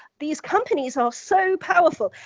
these companies are so powerful,